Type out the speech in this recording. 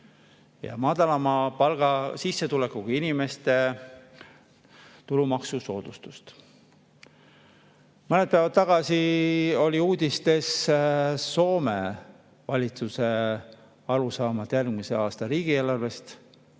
madalama palga või sissetulekuga inimeste tulumaksusoodustust. Mõned päevad tagasi oli uudistes Soome valitsuse arusaam järgmise aasta riigieelarvest.